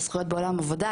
זכויות בעולם עבודה,